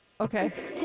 Okay